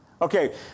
Okay